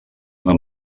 una